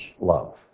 love